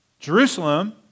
Jerusalem